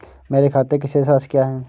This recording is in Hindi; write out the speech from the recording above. मेरे खाते की शेष राशि क्या है?